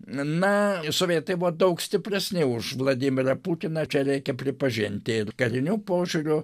na sovietai buvo daug stipresni už vladimirą putiną čia reikia pripažinti ir kariniu požiūriu